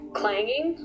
clanging